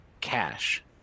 cash